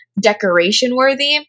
decoration-worthy